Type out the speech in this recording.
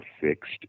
fixed